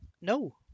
No